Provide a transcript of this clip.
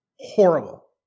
horrible